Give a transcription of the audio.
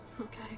okay